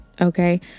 okay